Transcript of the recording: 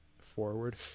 forward